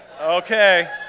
Okay